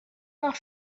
not